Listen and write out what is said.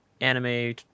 anime